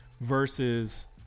versus